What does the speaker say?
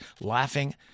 laughing